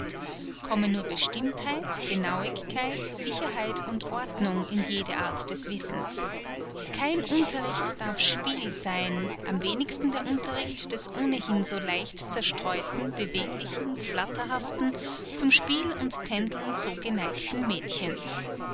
komme nur bestimmtheit genauigkeit sicherheit und ordnung in jede art des wissens kein unterricht darf spiel sein am wenigsten der unterricht des ohnehin so leicht zerstreuten beweglichen flatterhaften zum spiel und tändeln so geneigten mädchens